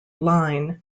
line